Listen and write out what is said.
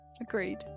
Agreed